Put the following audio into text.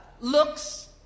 looks